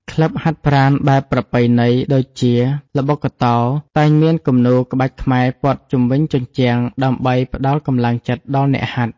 ក្លឹបហាត់ប្រាណបែបប្រពៃណី ដូចជា ល្បុក្កតោ តែងមានគំនូរក្បាច់ខ្មែរព័ទ្ធជុំវិញជញ្ជាំងដើម្បីផ្ដល់កម្លាំងចិត្តដល់អ្នកហាត់។